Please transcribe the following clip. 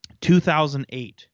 2008